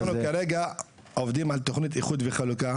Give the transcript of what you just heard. אנחנו כרגע עובדים על תכנית איחוד וחלוקה